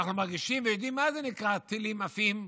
אנחנו מרגישים ויודעים מה זה נקרא שטילים עפים,